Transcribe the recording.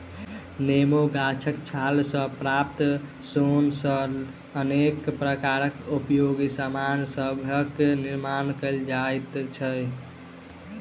नेबो गाछक छाल सॅ प्राप्त सोन सॅ अनेक प्रकारक उपयोगी सामान सभक निर्मान कयल जाइत छै